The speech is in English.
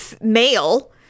male